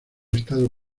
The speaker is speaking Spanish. estado